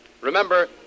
Remember